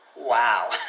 Wow